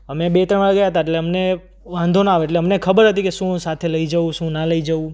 અમે બે ત્રણ વાર ગયા હતા એટલે અમને વાંધો ના આવે એટલે અમને ખબર હતી કે શું સાથે લઈ જવું શું ના લઈ જવું